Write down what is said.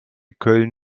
köln